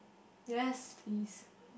yes please